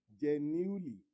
Genuinely